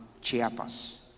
Chiapas